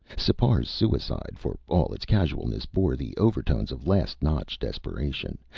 sipar's suicide, for all its casualness, bore the overtones of last-notch desperation.